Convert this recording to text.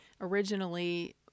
originally